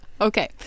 Okay